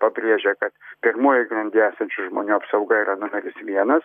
pabrėžia kad pirmojoj grandyje esančių žmonių apsauga yra numeris vienas